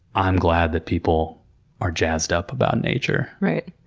i'm glad that people are jazzed up about nature. right.